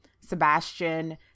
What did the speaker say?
Sebastian